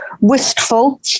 Wistful